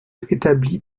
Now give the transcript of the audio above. établies